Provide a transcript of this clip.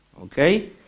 okay